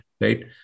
right